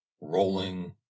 rolling